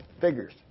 Figures